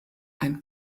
ein